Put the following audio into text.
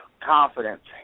confidence